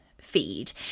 feed